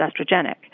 estrogenic